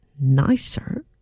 nicer